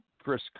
Chris